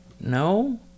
No